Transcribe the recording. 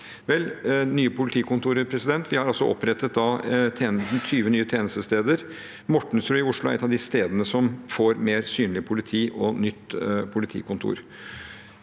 nye politikontorer, har vi altså opprettet 20 nye tjenestesteder. Mortensrud i Oslo er et av stedene som får mer synlig politi og nytt politikontor.